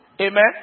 Amen